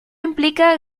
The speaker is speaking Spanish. implica